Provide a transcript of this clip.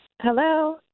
Hello